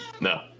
no